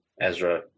Ezra